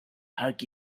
hug